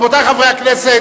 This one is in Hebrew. רבותי חברי הכנסת,